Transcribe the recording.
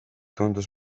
tundus